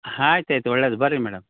ಆಯ್ತ್ ಆಯಿತು ಒಳ್ಳೆಯದು ಬನ್ರಿ ಮೇಡಮ್